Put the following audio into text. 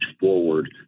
forward